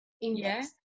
index